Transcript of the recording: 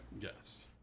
Yes